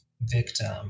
victim